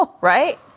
right